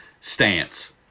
stance